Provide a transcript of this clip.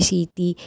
City